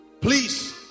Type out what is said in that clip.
please